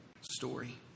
story